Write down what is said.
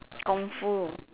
kung fu